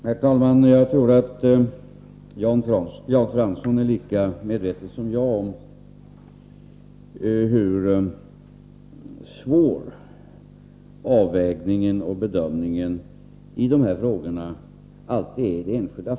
Herr talman! Jag tror att Jan Fransson är lika medveten som jag om hur svårt det alltid är att i det enskilda fallet göra en avvägning och en bedömning i dessa frågor.